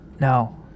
No